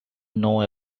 know